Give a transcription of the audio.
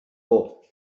por